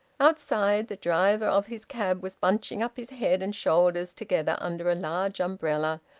outside, the driver of his cab was bunching up his head and shoulders together under a large umbrella,